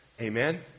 Amen